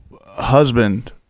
husband